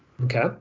Okay